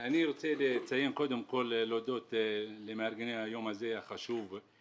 רוצה קודם כל להודות למארגני היום החשוב הזה.